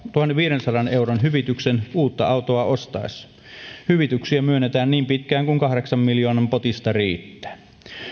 tuhannenviidensadan euron hyvityksen uutta autoa ostaessa hyvityksiä myönnetään niin pitkään kuin kahdeksan miljoonan potista riittää